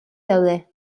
daude